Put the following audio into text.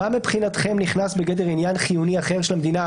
מה מבחינתכם נכנס בגדר עניין חיוני אחר של המדינה,